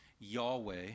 Yahweh